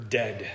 dead